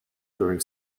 during